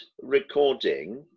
recording